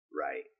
Right